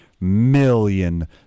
million